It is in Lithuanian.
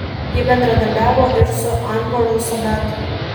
ji bendradarbiavo ir su anvaru sadatu